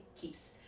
keeps